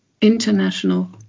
international